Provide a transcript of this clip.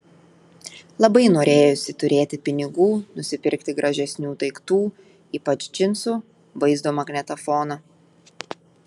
labai norėjosi turėti pinigų nusipirkti gražesnių daiktų ypač džinsų vaizdo magnetofoną